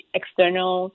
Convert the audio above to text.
external